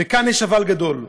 וכאן יש אבל גדול: